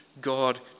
God